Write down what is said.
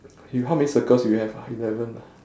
you how many circles you have ah eleven ah